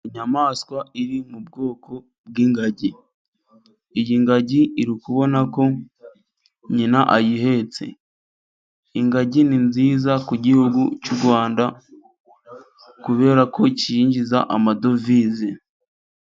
Inyamaswa iri mu bwoko bw'ingagi. Iyi ngagi uri kubona ko nyina iyihetse. Ingagi ni nziza ku gihugu cy'u Rwanda kubera ko cyinjiza amadovize.